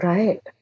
Right